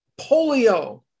polio